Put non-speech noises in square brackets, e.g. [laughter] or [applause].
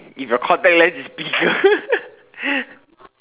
if your contact lens is bigger [laughs]